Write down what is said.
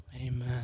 Amen